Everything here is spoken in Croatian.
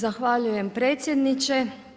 Zahvaljujem predsjedniče.